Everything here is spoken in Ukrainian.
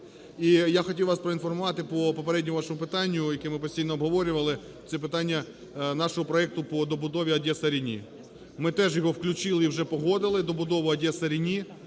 І я хотів вас проінформувати по попередньому вашому питанню, яке ми постійно обговорювали. Це питання нашого проекту по добудові Одеса-Рені. Ми теж його включили і вже погодили добудову Одеса-Рені